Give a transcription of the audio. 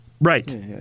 Right